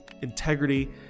integrity